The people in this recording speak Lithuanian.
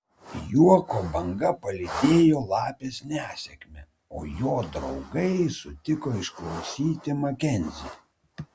juoko banga palydėjo lapės nesėkmę o jo draugai sutiko išklausyti makenzį